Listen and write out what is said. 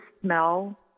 smell